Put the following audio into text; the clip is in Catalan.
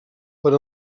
per